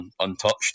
untouched